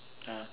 ya